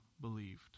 believed